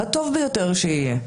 הטוב ביותר שיהיה,